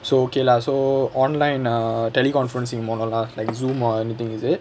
so okay lah so online err teleconferencing monologue like Zoom or anything is it